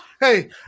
Hey